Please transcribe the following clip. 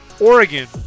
Oregon